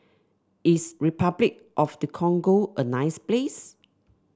is Repuclic of the Congo a nice place